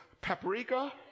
paprika